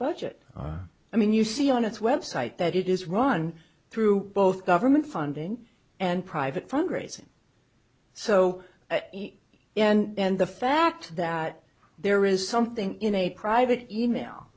budget i mean you see on its website that it is run through both government funding and private fundraising so and the fact that there is something in a private email